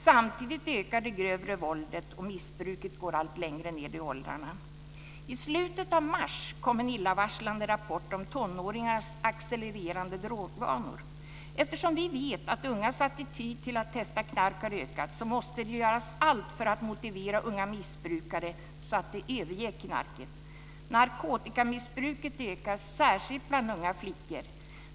Samtidigt ökar det grövre våldet, och missbruket går allt längre ned i åldrarna. I slutet av mars kom en illavarslande rapport om tonåringars accelererande drogvanor. Eftersom vi vet att de ungas attityd till att testa knark har ökat måste det göras allt för att motivera unga missbrukare att överge knarket. Narkotikamissbruket ökar särskilt bland unga flickor.